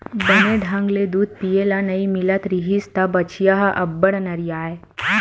बने ढंग ले दूद पिए ल नइ मिलत रिहिस त बछिया ह अब्बड़ नरियावय